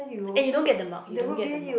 eh you don't get the mug you don't get the mug